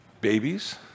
Babies